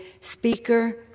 Speaker